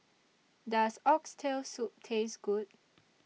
Does Oxtail Soup Taste Good